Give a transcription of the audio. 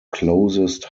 closest